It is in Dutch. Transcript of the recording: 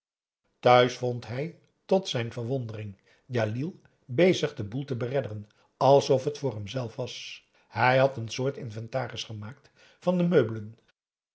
thuis vond hij tot zijn verwondering djalil bezig den boel te beredderen alsof het voor hemzelf was hij had een soort inventaris gemaakt van de meubelen